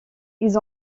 ils